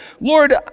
Lord